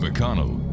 McConnell